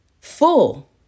Full